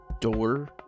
door